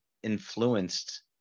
Influenced